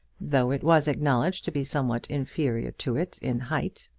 though it was acknowledged to be somewhat inferior to it in height.